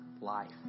life